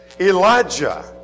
Elijah